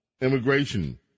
immigration